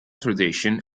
tradition